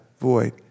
void